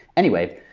anyway,